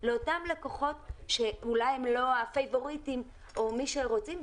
לאותם לקוחות שאולי הם לא הפייבוריטים או מי שרוצים,